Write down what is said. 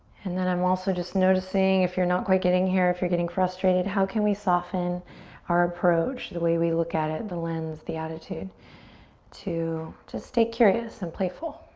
and then i'm also just noticing if you're not quite getting here, if you're getting frustrated how can we soften our approach the way we look at it, the lens, the attitude to just stay curious and playful.